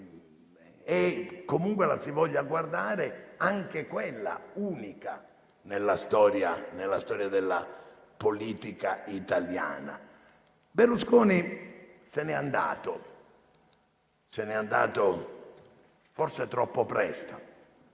e, comunque la si voglia guardare, anche quella unica nella storia della politica italiana. Berlusconi se n'è andato forse troppo presto,